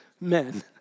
men